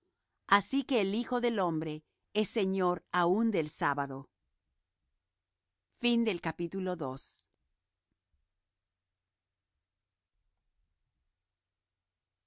así que el hijo del hombre es señor aun del sábado y